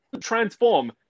transform